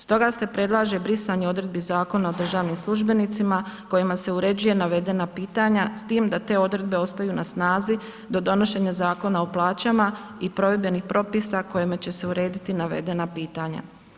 Stoga se predlaže brisanje odredbi Zakona o državnim službenicima kojima se uređuju navedena pitanja s time da te odredbe ostaju na snazi do donošenja Zakona o plaćama i provedbenih propisa kojima će se urediti navedena pitanja.